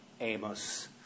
Amos